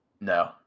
No